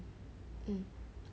mm